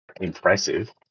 impressive